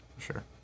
Sure